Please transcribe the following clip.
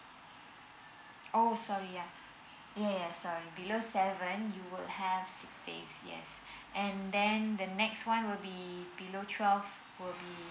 oh sorry yeah yeah yeah sorry below seven you will have six days yes and then the next one would be below twelve would be